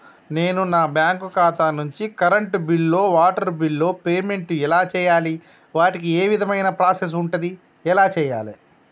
నేను నా బ్యాంకు ఖాతా నుంచి కరెంట్ బిల్లో వాటర్ బిల్లో పేమెంట్ ఎలా చేయాలి? వాటికి ఏ విధమైన ప్రాసెస్ ఉంటది? ఎలా చేయాలే?